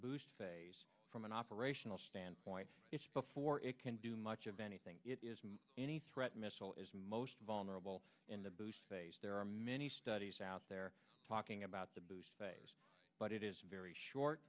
boost phase from an operational standpoint it's before it can do much of anything it is any threat missile is most vulnerable in the boost phase there are many studies out there talking about the boost phase but it is very short